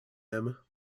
them